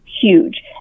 huge